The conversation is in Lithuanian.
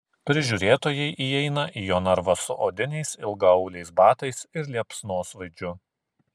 prižiūrėtojai įeina į jo narvą su odiniais ilgaauliais batais ir liepsnosvaidžiu